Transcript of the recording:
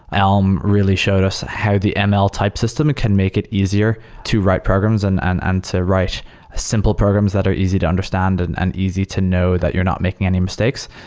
elm really showed us how the ml type system can make it easier to write programs and and and to write ah simple programs that are easy to understand and and easy to know that you're not making any mistakes.